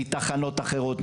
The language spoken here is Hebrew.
מתחנות אחרות,